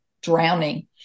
drowning